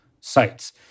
sites